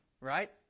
Right